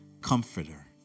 comforter